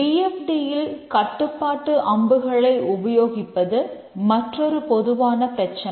D F D யில் கட்டுப்பாட்டு அம்புகளை உபயோகிப்பது மற்றுமொரு பொதுவான பிரச்சனை